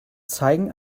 zeigen